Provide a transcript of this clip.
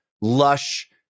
lush